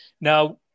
Now